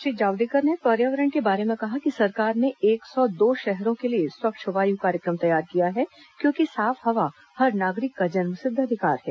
श्री जावडेकर ने पर्यावरण के बारे में कहा कि सरकार ने एक सौ दो शहरों के लिए स्वच्छ वायु कार्यक्रम तैयार किया है क्योंकि साफ हवा हर नागरिक का जन्मसिद्ध अधिकार है